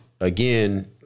again